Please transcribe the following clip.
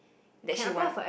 that she want